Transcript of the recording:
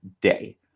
day